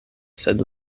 sed